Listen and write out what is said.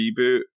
reboot